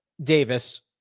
Davis